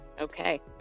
Okay